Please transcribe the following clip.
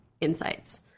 insights